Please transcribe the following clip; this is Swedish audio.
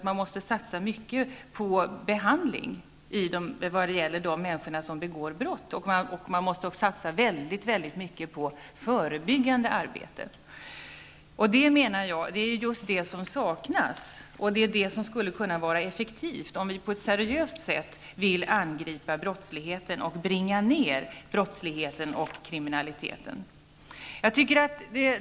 Man måste satsa mycket på behandling av de människor som begår brott, och man måste också satsa väldigt mycket på det förebyggande arbetet. Det är just detta som saknas, och det är det som skulle kunna vara effektivt om vi på ett seriöst sätt vill angripa brottsligheten och bringa ned den. Jag tycker att denna diskussion om strafflagstiftningens roll är mycket svag.